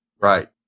Right